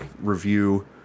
review